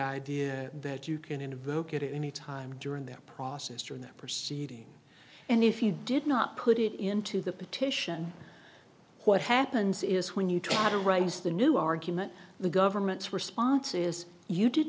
idea that you can invoke at any time during that process during that proceeding and if you did not put it into the petition what happens is when you try to raise the new argument the government's response is you did